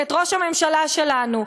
ואת ראש הממשלה שלנו,